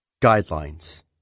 guidelines